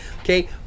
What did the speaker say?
okay